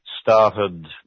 started